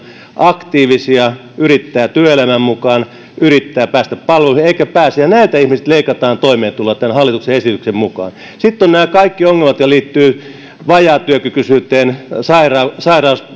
aktiivisia yrittävät työelämään mukaan yrittävät päästä palveluihin mutta eivät pääse ja näiltä ihmisiltä leikataan toimeentuloa tämän hallituksen esityksen mukaan sitten on nämä kaikki ongelmat jotka liittyvät vajaatyökykykyisyyteen sairauteen